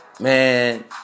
Man